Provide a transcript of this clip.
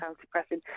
depressing